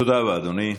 תודה רבה, אדוני.